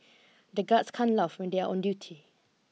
the guards can't laugh when they are on duty